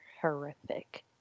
Horrific